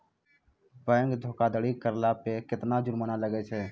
Bank धोखाधड़ी करला पे केतना जुरमाना लागै छै?